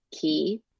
key